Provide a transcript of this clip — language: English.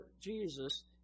Jesus